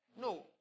No